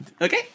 Okay